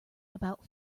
about